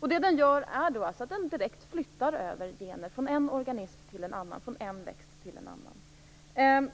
Det den gör är alltså att den direkt flyttar över gener från en organism till en annan, från en växt till en annan.